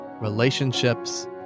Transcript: relationships